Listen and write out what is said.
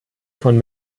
von